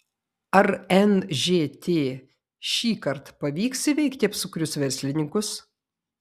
ar nžt šįkart pavyks įveikti apsukrius verslininkus